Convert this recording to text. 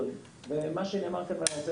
כמו שנאמר כאן, ואני רוצה